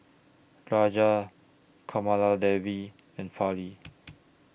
Rajan Kamaladevi and Fali